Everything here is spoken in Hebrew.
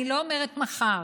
אני לא אומרת מחר,